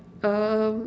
um